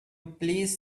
please